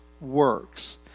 works